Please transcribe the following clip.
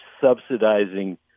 subsidizing